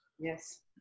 Yes